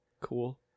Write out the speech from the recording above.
Cool